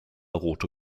rote